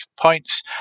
points